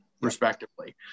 respectively